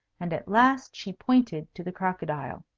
and at last she pointed to the crocodile.